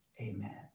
Amen